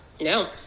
No